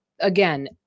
Again